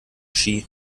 ski